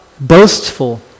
boastful